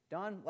Don